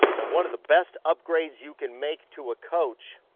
and one of the best upgrades you can make to a coach,